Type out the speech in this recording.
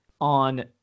on